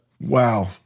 Wow